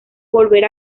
volver